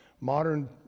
modern